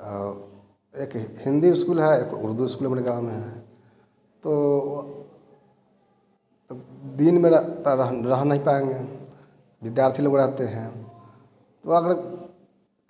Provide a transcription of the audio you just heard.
और एक हिंदी इस्कूल है एक उर्दू स्कूल अपने गांव में है तो अब दिन में रह रह नहीं पाएँगे विद्यार्थी लोग रहते हैं तो अगर